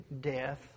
death